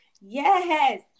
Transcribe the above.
Yes